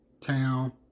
town